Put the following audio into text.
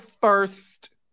first